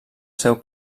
seu